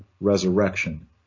resurrection